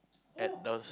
at the